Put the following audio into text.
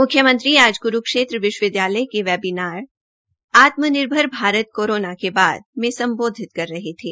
मुख्यमंत्री आज कुरूक्षेत्र विश्वविद्यालय के वैबीनार आत्मनिर्भर भारत कोरोना के बाद में संबोधित कर रहे थे